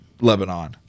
Lebanon